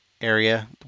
area